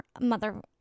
mother